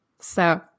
So-